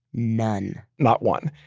none not one,